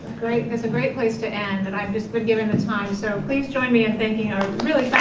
great, that's a great place to end. and i've just been given the time so please join me in thanking our really